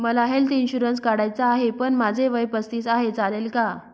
मला health insurance काढायचा आहे पण माझे वय पस्तीस आहे, चालेल का?